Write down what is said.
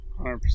100%